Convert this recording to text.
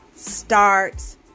Starts